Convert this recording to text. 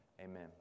Amen